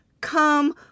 Come